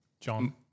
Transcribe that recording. John